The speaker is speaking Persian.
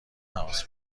تماس